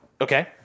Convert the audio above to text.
okay